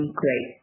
great